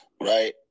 right